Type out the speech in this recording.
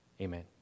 Amen